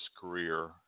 career